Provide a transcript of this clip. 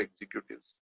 executives